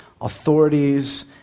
authorities